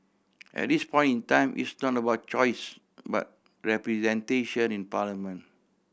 at this point in time it's not about choice but representation in parliament